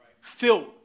filled